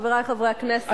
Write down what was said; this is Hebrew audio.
חברי חברי הכנסת,